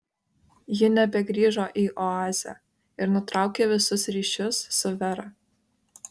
ji nebegrįžo į oazę ir nutraukė visus ryšius su vera